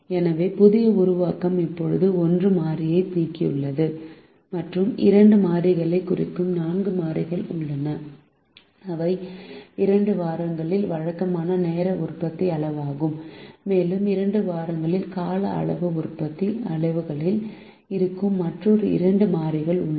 எனவே புதிய உருவாக்கம் இப்போது 1 மாறியை நீக்கியுள்ளது மற்றும் 2 மாறிகளைக் குறிக்கும் 4 மாறிகள் உள்ளன அவை 2 வாரங்களில் வழக்கமான நேர உற்பத்தி அளவுகளாகும் மேலும் 2 வாரங்களில் கால அளவு உற்பத்தி அளவுகளில் இருக்கும் மற்றொரு 2 மாறிகள் உள்ளன